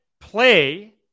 play